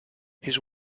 his